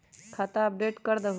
खाता अपडेट करदहु?